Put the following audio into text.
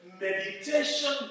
meditation